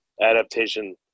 adaptation